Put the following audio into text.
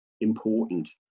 important